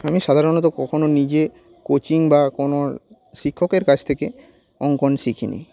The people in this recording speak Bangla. আমি সাধারণত কখনও নিজে কোচিং বা কোনও শিক্ষকের কাছ থেকে অঙ্কন শিখিনি